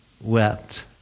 wept